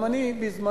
גם אני בזמנו